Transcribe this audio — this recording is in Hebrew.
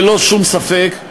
ללא שום ספק,